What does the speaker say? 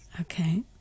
Okay